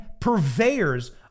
purveyors